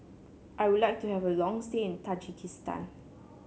I would like to have a long stay in Tajikistan